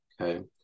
Okay